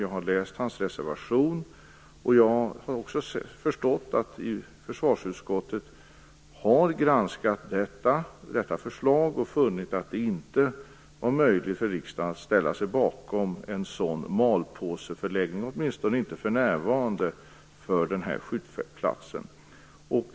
Jag har läst hans reservation och har förstått att försvarsutskottet har granskat hans förslag och funnit att det åtminstone inte för närvarande är möjligt för riksdagen att ställa sig bakom att den här skjutplatsen läggs i malpåse.